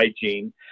hygiene